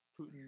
Putin